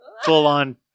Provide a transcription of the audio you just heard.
full-on